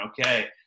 okay